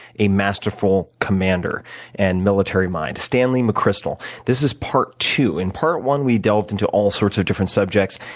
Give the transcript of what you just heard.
a masterful commander and military mind, stanley mcchrystal. this is part two. in part one, we delved into all sorts of different subjects.